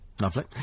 lovely